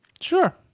Sure